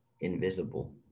invisible